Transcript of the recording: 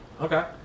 Okay